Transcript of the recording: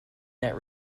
that